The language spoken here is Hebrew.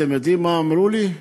אתם יודעים מה אמרו לי?